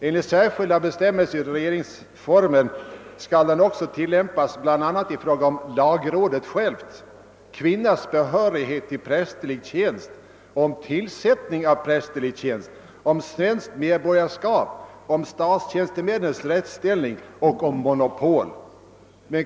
Enligt särskilda bestämmelser i regeringsformen skall den också tilllämpas bl.a. i fråga om lagrådet självt, om kvinnas behörighet till prästerlig tjänst, om tillsättning av prästerlig tjänst, om svenskt medborgarskap, om statstjänstemännens rättsställning och om monopol.